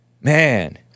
Man